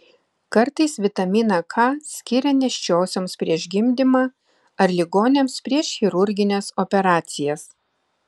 kartais vitaminą k skiria nėščiosioms prieš gimdymą ar ligoniams prieš chirurgines operacijas